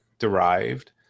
Derived